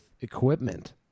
equipment